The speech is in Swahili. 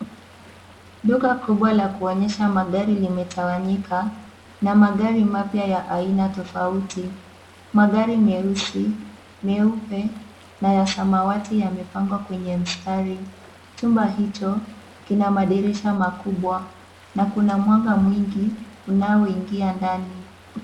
Duka kubwa la kuonyesha magari limetawanyika na magari mapya ya aina tofauti. Magari meusi, meupe na ya samawati yamepangwa kwenye mstari. Chumba hicho kina madirisha makubwa na kuna mwanga mwingi unaoingia ndani.